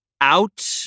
Out